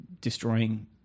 destroying